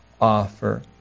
offer